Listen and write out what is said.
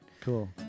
cool